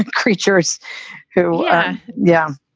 creatures who yeah, yeah